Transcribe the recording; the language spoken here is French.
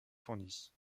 fournies